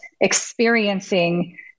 experiencing